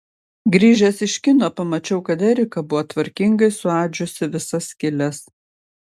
grįžęs iš kino pamačiau kad erika buvo tvarkingai suadžiusi visas skyles